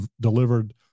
delivered